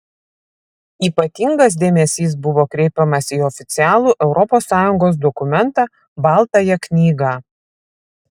ypatingas dėmesys buvo kreipiamas į oficialų europos sąjungos dokumentą baltąją knygą